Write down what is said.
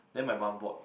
then my mum bought